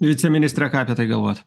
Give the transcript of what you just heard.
viceministre ką apie tai galvojat